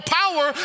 power